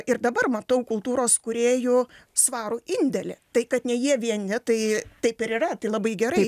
ir dabar matau kultūros kūrėjų svarų indėlį tai kad ne jie vieni tai taip ir yra tai labai gerai